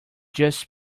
just